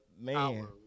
man